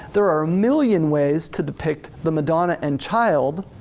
there are million ways to depict the madonna and child,